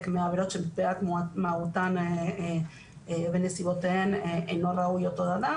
מעבירות שבגלל מהותן ונסיבותיהן אינו ראוי אותו אדם.